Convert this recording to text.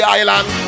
island